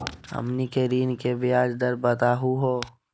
हमनी के ऋण के ब्याज दर बताहु हो?